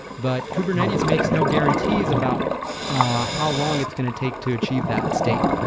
but kubernetes makes no guarantees about ah how long it's going to take to achieve that state.